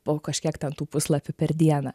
po kažkiek ten tų puslapių per dieną